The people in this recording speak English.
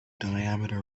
diameter